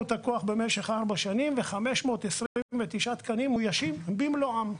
את הכוח ו-529 תקנים אוישו במלואם.